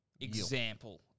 example